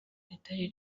ritari